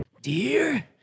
Dear